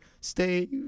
Stay